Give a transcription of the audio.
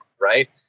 right